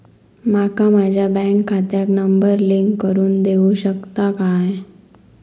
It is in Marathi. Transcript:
माका माझ्या बँक खात्याक नंबर लिंक करून देऊ शकता काय?